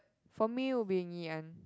for me will be in Ngee-Ann